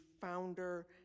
founder